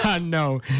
no